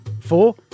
Four